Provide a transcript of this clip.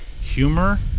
humor